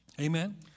Amen